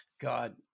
God